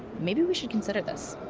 maybe we should consider this.